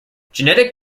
genetic